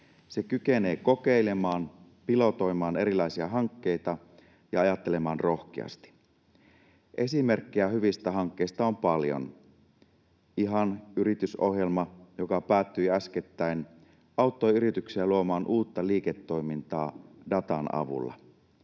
Se kykenee kokeilemaan, pilotoimaan erilaisia hankkeita ja ajattelemaan rohkeasti. Esimerkkejä hyvistä hankkeista on paljon: IHAN-yritysohjelma, joka päättyi äskettäin, auttoi yrityksiä luomaan uutta liiketoimintaa datan avulla.